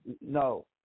No